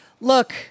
look